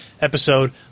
episode